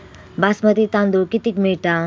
बासमती तांदूळ कितीक मिळता?